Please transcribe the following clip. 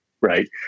right